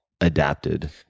adapted